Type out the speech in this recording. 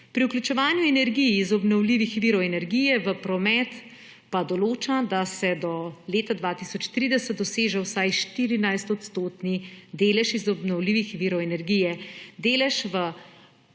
Pri vključevanju energij iz obnovljivih virov energije v promet pa določa, da se do leta 2030 doseže vsaj 14-odstotni delež iz obnovljivih virov energije, delež v posameznem